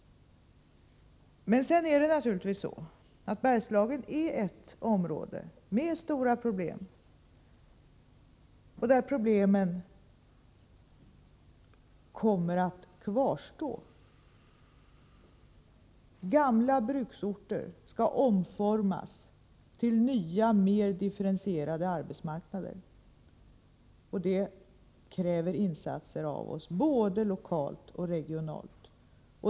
Men Bergslagen är naturligtvis ett område med stora problem, och många av de svårigheterna kommer att kvarstå. Gamla bruksorter skall omformas till nya mer differentierade arbetsmarknader, och det kräver insatser av oss, både lokalt och regionalt.